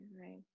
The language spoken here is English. right